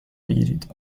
بگیرید